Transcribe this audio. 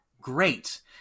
Great